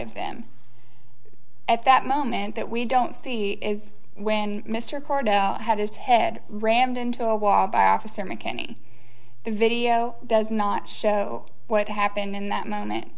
of them at that moment that we don't see is when mr korda had his head rammed into a wall by officer mckinney the video does not show what happened in that moment